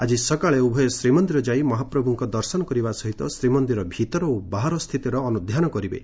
ଆଜି ସକାଳେ ଉଭୟ ଶ୍ରୀମନ୍ଦିର ଯାଇ ମହାପ୍ରଭ୍ତଙ୍କ ଦର୍ଶନ କରିବା ସହିତ ଶ୍ରୀମନ୍ଦିର ଭିତର ଓ ବାହାର ସ୍ପିତିର ଅନୁଧାନ କରିବେ